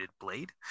blade